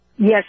Yes